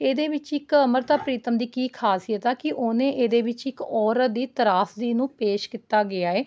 ਇਹਦੇ ਵਿੱਚ ਇੱਕ ਅੰਮ੍ਰਿਤਾ ਪ੍ਰੀਤਮ ਦੀ ਕੀ ਖਾਸੀਅਤ ਆ ਕਿ ਉਹਨੇ ਇਹਦੇ ਵਿਚ ਇਕ ਔਰਤ ਦੀ ਤ੍ਰਾਸਦੀ ਨੂੰ ਪੇਸ਼ ਕੀਤਾ ਗਿਆ ਏ